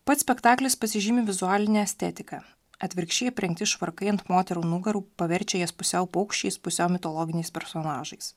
pats spektaklis pasižymi vizualine estetika atvirkščiai aprengti švarkai ant moterų nugarų paverčia jas pusiau paukščiais pusiau mitologiniais personažais